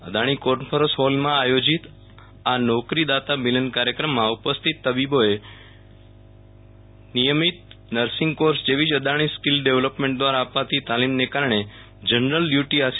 Adani conference હોલમાં આયોજિત આ નોકરીદાતા મિલન કાર્યક્રમમાં ઉપસ્થિત તબીબોએ નિયમિત નર્સિંગ કોર્ષ જેવી જ અદાણી સ્કિલ ડેવલોપમેન્ટ દ્વારા અપાતી તાલીમને કારણે જનરલ ઢયુટી આસી